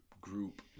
group